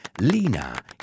Lina